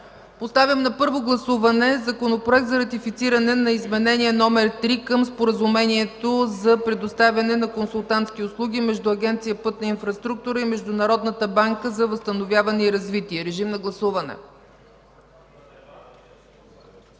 Поставям на първо гласуване Законопроекта за ратифициране на Изменение № 3 към Споразумението за предоставяне на консултантски услуги между Агенция „Пътна инфраструктура” и Международната банка за възстановяване и развитие. Моля, гласувайте.